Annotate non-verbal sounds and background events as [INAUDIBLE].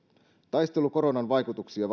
taistelu koronan vaikutuksia [UNINTELLIGIBLE]